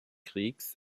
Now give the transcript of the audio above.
kriegs